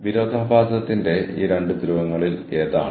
ഒരുപാട് സ്വയം സംസാരമുണ്ട് അത് തുടരുന്നു